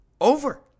over